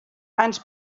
ens